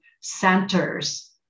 centers